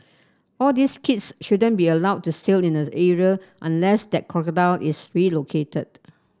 all these kids shouldn't be allowed to sail in this area unless that crocodile is relocated